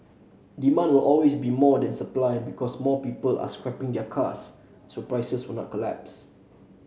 demand will always be more than supply because more people are scrapping their cars so price will not collapse